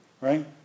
right